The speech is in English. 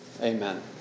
Amen